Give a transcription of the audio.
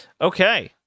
okay